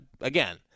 again